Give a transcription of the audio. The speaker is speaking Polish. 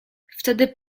wtedy